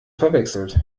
verwechselt